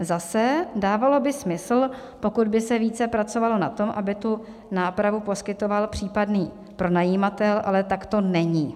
Zase, dávalo by smysl, pokud by se více pracovalo na tom, aby tu nápravu poskytoval případný pronajímatel, ale tak to není.